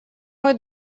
мой